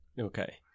Okay